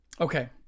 Okay